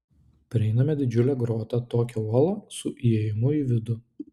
prieiname didžiulę grotą tokią uolą su įėjimu į vidų